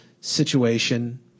situation